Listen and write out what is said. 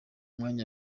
mwanya